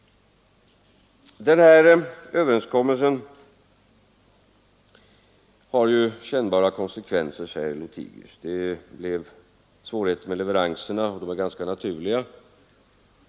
Den här överenskommelsen har ju kännbara konsekvenser, säger herr Lothigius. Det blev svårigheter med leveranserna, vilket är ganska 41 naturligt.